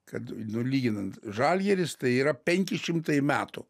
kad nu lyginant žalgiris tai yra penki šimtai metų